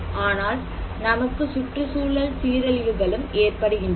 ஆனால் நமக்கு சுற்றுச்சூழல் சீரழிவுகளும் ஏற்படுகின்றன